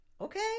okay